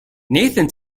nathan